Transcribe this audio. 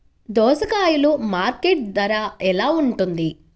దోసకాయలు మార్కెట్ ధర ఎలా ఉంటుంది?